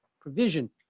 provision